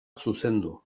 zuzendu